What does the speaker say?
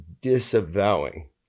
disavowing